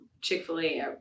Chick-fil-A